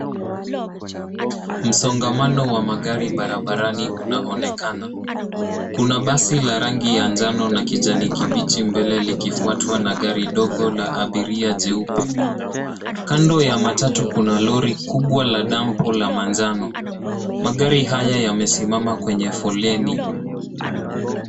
Msongamano wa magari barabarani unaonekana. Kuna basi la rangi ya njano na kijani kibichi mbele likifwatwa na gari ndogo la abiria jeupe. Kando ya matatu kuna lori kubwa la dampu la manjano. Magari haya yamesimama kwenye foleni.